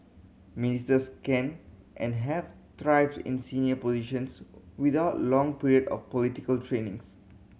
ministers can and have thrived in senior positions without long period of political trainings